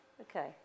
Okay